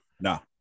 No